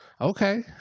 okay